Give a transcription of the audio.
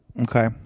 Okay